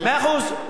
מאה אחוז.